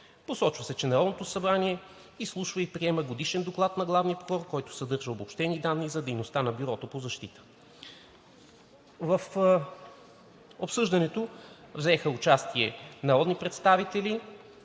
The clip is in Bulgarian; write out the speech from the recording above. Посочва се, че Народното събрание изслушва и приема Годишен доклад на главния прокурор, който съдържа обобщени данни и за дейността на Бюрото по защита. В обсъждането взеха участие народните представители